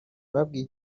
babwiye